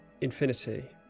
infinity